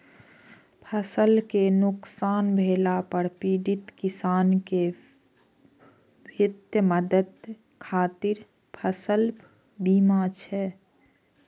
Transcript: फसल कें नुकसान भेला पर पीड़ित किसान कें वित्तीय मदद खातिर फसल बीमा छै